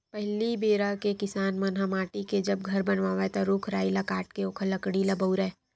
पहिली बेरा के किसान मन ह माटी के जब घर बनावय ता रूख राई ल काटके ओखर लकड़ी ल बउरय